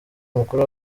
umukuru